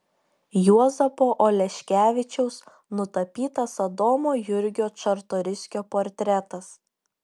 juozapo oleškevičiaus nutapytas adomo jurgio čartoriskio portretas